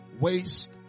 waste